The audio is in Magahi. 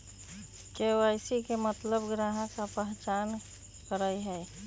के.वाई.सी के मतलब ग्राहक का पहचान करहई?